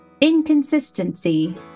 inconsistency